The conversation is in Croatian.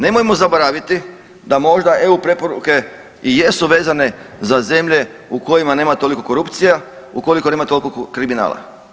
Nemojmo zaboraviti da možda eu preporuke i jesu vezane za zemlje u kojima nema toliko korupcija, u kojima nema toliko kriminala.